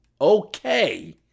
Okay